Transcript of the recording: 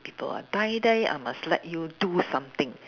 people die die I must let you do something